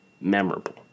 memorable